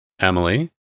Emily